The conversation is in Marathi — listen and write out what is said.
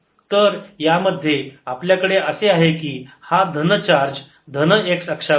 तर यामध्ये आपल्याकडे असे आहे की हा धन चार्ज धन x अक्षावर आणि ऋण चार्ज दुसऱ्या बाजूला PPxσ P